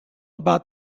about